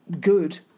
good